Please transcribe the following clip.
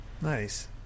Nice